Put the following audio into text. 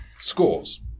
Scores